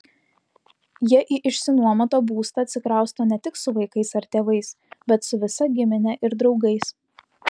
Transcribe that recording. jie į išsinuomotą būstą atsikrausto ne tik su vaikais ar tėvais bet su visa gimine ir draugais